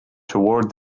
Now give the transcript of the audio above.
toward